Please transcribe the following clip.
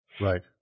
right